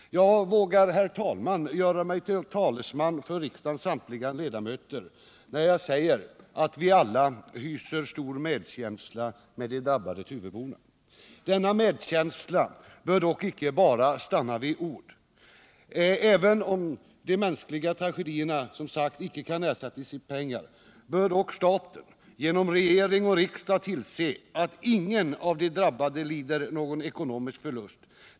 Jag vågar, herr talman, göra mig till talesman för riksdagens Tuve samtliga ledamöter när jag säger att vi alla hyser stor medkänsla med de drabbade tuveborna. Denna medkänsla bör dock icke bara stanna vid ord. Även om de mänskliga tragedierna, som sagt, icke kan ersättas med pengar, bör staten genom regering och riksdag tillse att ingen av de drabbade lider hågon ekonomisk förlust.